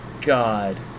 God